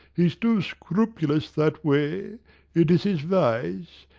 he's too scrupulous that way it is his vice.